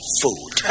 food